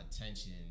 attention